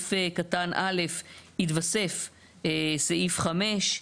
שבסעיף קטן (א) יתווסף סעיף (5),